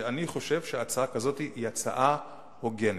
שאני חושב שהצעה כזאת היא הצעה הוגנת.